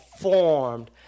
formed